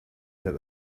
that